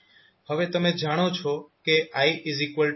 હવે તમે જાણો છો કે iCdvdt છે